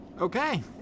Okay